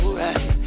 right